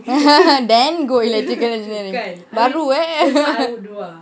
then go electrical engineering baru eh